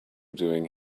doing